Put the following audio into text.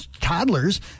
toddlers